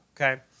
Okay